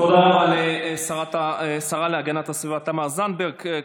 תודה רבה לשרה להגנת הסביבה תמר זנדברג.